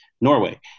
Norway